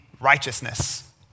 righteousness